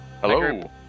Hello